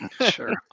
Sure